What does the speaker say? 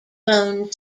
loan